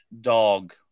dog